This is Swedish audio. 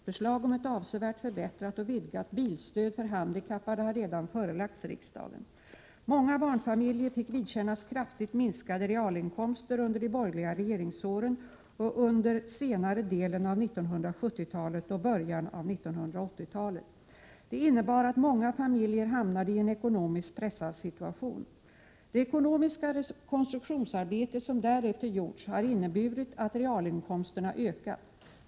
Förslag om ett avsevärt förbättrat och vidgat bilstöd för handikappade har redan förelagts riksdagen. Många barnfamiljer fick vidkännas kraftigt minskade realinkomster under — Prot. 1987/88:117 de borgerliga regeringsåren under senare delen av 1970-talet och början av 9 maj 1988 1980-talet. Det innebar att många familjer hamnade i en ekonomiskt pressad é e situation Om bristerna i den ;;..— sociala välfärde Det ekonomiska rekonstruktionsarbete som därefter gjorts har inneburit Sociala 'välfirlen att realinkomsterna ökat.